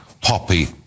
Poppy